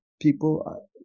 people